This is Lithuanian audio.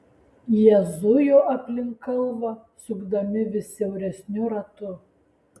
jie zujo aplink kalvą sukdami vis siauresniu ratu